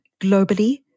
globally